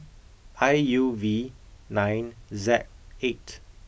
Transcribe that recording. I U V nine Z eight